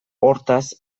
hortaz